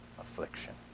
affliction